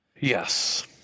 Yes